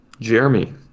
Jeremy